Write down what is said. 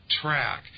track